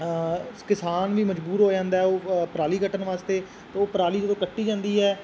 ਸ ਕਿਸਾਨ ਵੀ ਮਜਬੂਰ ਹੋ ਜਾਂਦਾ ਉਹ ਪਰਾਲੀ ਕੱਟਣ ਵਾਸਤੇ ਉਹ ਪਰਾਲੀ ਜਦੋਂ ਕੱਟੀ ਜਾਂਦੀ ਹੈ